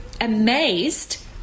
amazed